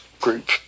group